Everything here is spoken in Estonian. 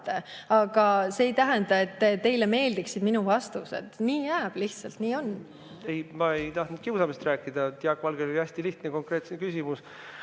aga see ei tähenda, et teile meeldiksid minu vastused. Nii jääb lihtsalt, nii on. Ei, ma ei tahtnud kiusamisest rääkida, Jaak Valgel oli hästi lihtne konkreetne küsimus.